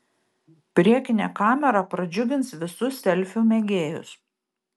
priekinė kamera pradžiugins visus selfių mėgėjus